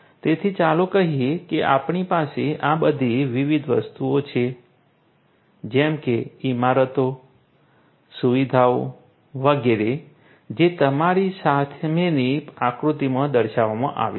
તેથી ચાલો કહીએ કે આપણી પાસે આ બધી વિવિધ વસ્તુઓ છે જેમ કે ઈમારતો સુવિધાઓ વગેરે જે તમારી સામેની આકૃતિમાં દર્શાવવામાં આવી છે